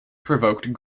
provoked